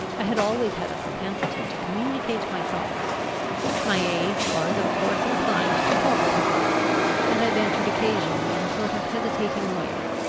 i had always had a propensity to communicate my thoughts my age was, of course, inclined to talkativeness and i ventured occasionally in sort of hesitating way,